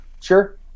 Sure